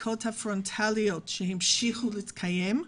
בנוסף לבדיקות הפרונטליות שהמשיכו להתקיים,